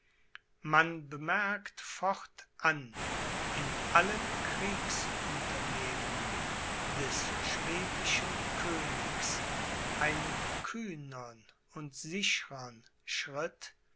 man bemerkt fortan in allen kriegsunternehmungen des schwedischen königs einen kühnern und sicherern schritt